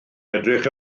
edrych